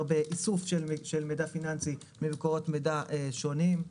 באיסוף של מידע פיננסי ממקורות מידע שונים.